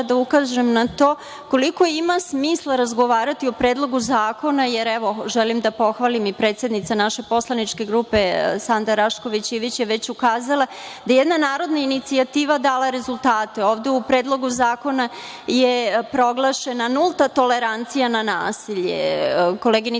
da ukažem na to koliko ima smisla razgovarati o Predlogu zakona, jer, evo, želim da pohvalim, predsednica naše poslaničke grupe Sanda Rašković Ivić je već ukazala da je jedna narodna inicijativa dala rezultate. Ovde u Predlogu zakona je proglašena nulta tolerancija na nasilje. Koleginica